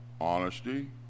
honesty